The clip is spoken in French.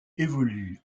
évolue